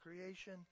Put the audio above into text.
creation